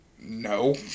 no